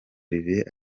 olivier